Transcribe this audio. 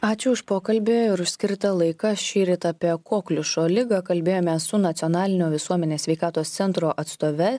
ačiū už pokalbį ir už skirtą laiką šįryt apie kokliušo ligą kalbėjome su nacionalinio visuomenės sveikatos centro atstove